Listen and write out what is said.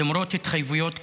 למרות התחייבויות קודמות,